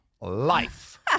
life